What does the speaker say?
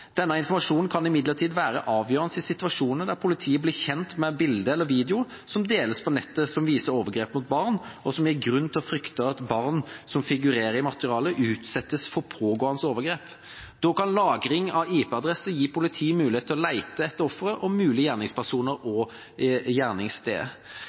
Denne informasjonen kan imidlertid være avgjørende i situasjoner der politiet blir kjent med bilder eller videoer som viser overgrep mot barn, som deles på nettet, og som gir grunn til å frykte at barn som figurerer i materialet, utsettes for pågående overgrep. Da kan lagring av IP-adresser gi politiet mulighet til å lete etter ofre, mulige gjerningspersoner